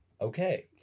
okay